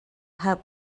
help